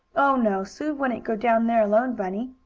oh, no, sue wouldn't go down there alone, bunny.